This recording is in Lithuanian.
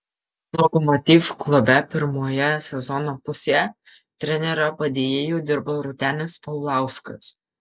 lokomotiv klube pirmoje sezono pusėje trenerio padėjėju dirbo rūtenis paulauskas